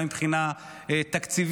גם מבחינה תקציבית,